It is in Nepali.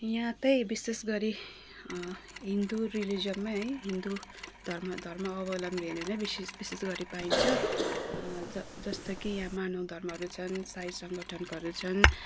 यहाँ चाहिँ विशेष गरी हिन्दू रिलिजनमै है हिन्दू धर्म धर्मावलम्बीहरू नै बेसी विशेष गरी पाइन्छ ज जस्तो कि यहाँ मानव धर्महरू छन् साई सङ्गठनकाहरू छन्